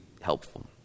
helpful